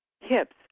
hips